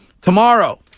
Tomorrow